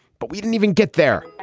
but we didn't even get there.